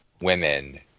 women